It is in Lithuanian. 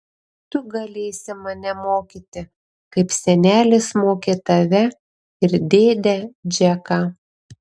tu galėsi mane mokyti kaip senelis mokė tave ir dėdę džeką